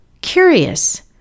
Curious